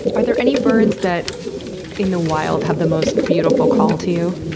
are there any birds that in the wild have the most beautiful call to you?